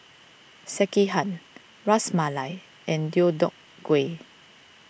Sekihan Ras Malai and Deodeok Gui